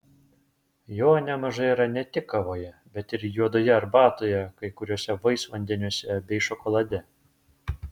jo nemažai yra ne tik kavoje bet ir juodoje arbatoje kai kuriuose vaisvandeniuose bei šokolade